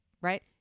right